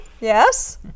Yes